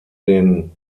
den